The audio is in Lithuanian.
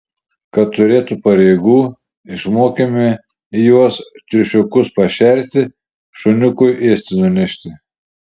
kad turėtų pareigų išmokėme juos triušiukus pašerti šuniukui ėsti nunešti